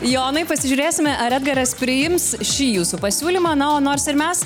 jonai pasižiūrėsime ar edgaras priims šį jūsų pasiūlymą na o nors ir mes